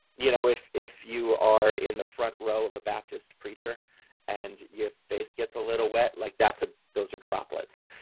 you know if if you are in the front row of a baptist preacher and your face gets a little wet, like ah those are droplets.